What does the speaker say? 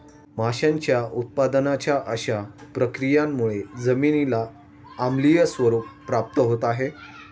माशांच्या उत्पादनाच्या अशा प्रक्रियांमुळे जमिनीला आम्लीय स्वरूप प्राप्त होत आहे